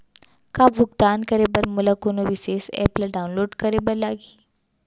का भुगतान करे बर मोला कोनो विशेष एप ला डाऊनलोड करे बर लागही